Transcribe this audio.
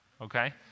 okay